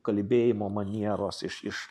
kalbėjimo manieros iš iš